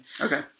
Okay